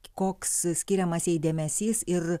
koks skiriamas jai dėmesys ir